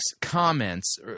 comments